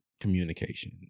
communication